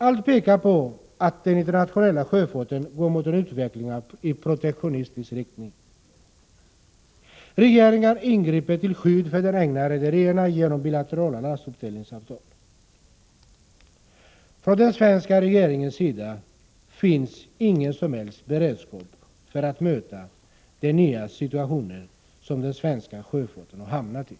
Allt pekar på att den internationella sjöfarten går mot en utveckling i protektionistisk riktning. Regeringar ingriper till skydd för de egna rederierna genom bilaterala lastuppdelningsavtal. Från den svenska regeringens sida finns ingen som helst beredskap för att möta den nya situation som den svenska sjöfarten har hamnat i.